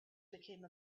became